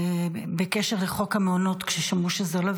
בקשר לחוק המעונות, כששמעו שזה עולה.